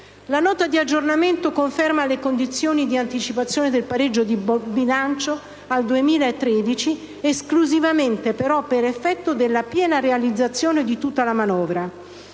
economia e finanza conferma le condizioni di anticipazione del pareggio di bilancio al 2013, esclusivamente però per effetto della piena realizzazione di tutta la manovra.